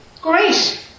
Great